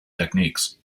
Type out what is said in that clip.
techniques